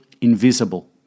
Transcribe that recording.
invisible